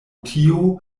tio